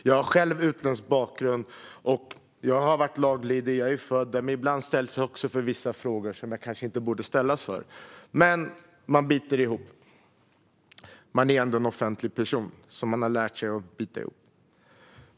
Jag har själv utländsk bakgrund. Jag är född här och har varit laglydig, men ibland ställs jag inför vissa frågor som jag kanske inte borde ställas inför. Men man biter ihop. Man är ändå en offentlig person, så man har lärt sig att bita ihop.